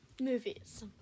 movies